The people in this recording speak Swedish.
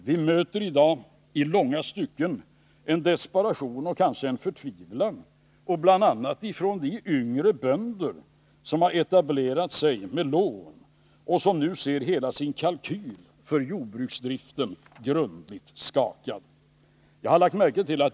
Vi möter i dag i långa stycken en desperation och kanske förtvivlan, bl.a. hos de yngre bönder som har etablerat sig med lån och som nu ser hela sin kalkyl för jordbruksdriften grundligt skakad.